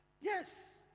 Yes